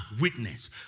witness